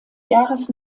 jahres